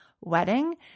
wedding